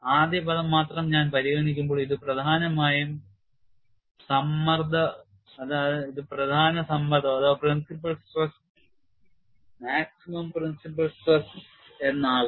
ആദ്യ പദം മാത്രം ഞാൻ പരിഗണിക്കുമ്പോൾ ഇത് പ്രധാന സമ്മർദ്ദം പരമാവധി പ്രധാന സമ്മർദ്ദം എന്ന് ആകുന്നു